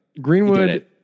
Greenwood